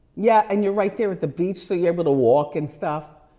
yeah, and you're right there at the beach so you're able to walk and stuff.